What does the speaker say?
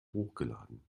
hochgeladen